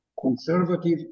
conservative